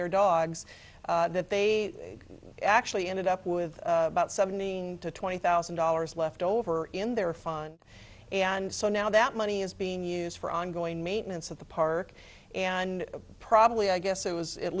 their dogs that they actually ended up with about seventeen to twenty thousand dollars left over in their fine and so now that money is being used for ongoing maintenance of the park and probably i guess it was at